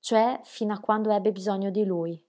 cioè fino a quando ebbe bisogno di lui